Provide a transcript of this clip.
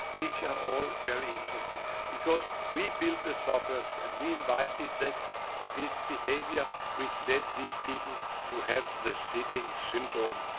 which are all very interesting because we built the suburbs and we invited this this behavior, which led these people to have the sitting syndrome.